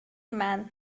man